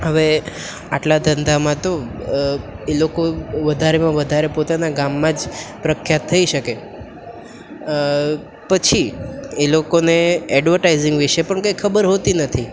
હવે આટલા ધંધામાં તો એ લોકો વધારેમાં વધારે પોતાના ગામમાં જ પ્રખ્યાત થઈ શકે પછી એ લોકોને એડવર્ટાઇઝિંગ વિશે પણ કંઈ ખબર હોતી નથી